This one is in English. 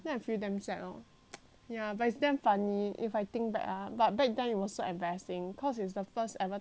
ya but it's damn funny if I think back ah but back then it was so embarrassing cause it is the first ever time I 小便 like um